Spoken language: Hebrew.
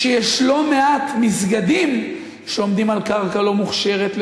כשיש לא מעט מסגדים שעומדים על קרקע לא מוכשרת,